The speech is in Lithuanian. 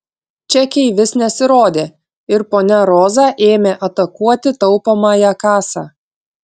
čekiai vis nesirodė ir ponia roza ėmė atakuoti taupomąją kasą